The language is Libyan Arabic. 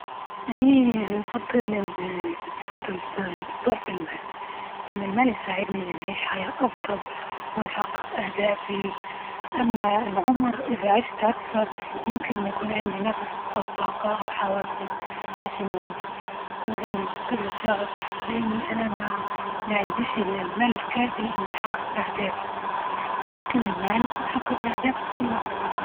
أني يعني نفضل- إن يفضل ضعف المال، لأن المال يساعدني، إن نعيش حياة أفضل، ونحقق أهدافي، أما العمر إذا عشت أكثر يمكن ما يكون عندي نفس أو طاقة أو حوافز بش نعيش، يكون عندي قلة شغف، لأني أنا ما- ما عنديش للمال الكافي إن نحقق اهدافى، لكن المال يحقق اهدافى فى أى وقت.